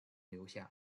留下